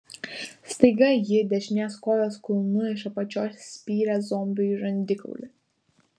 staiga ji dešinės kojos kulnu iš apačios spyrė zombiui į žandikaulį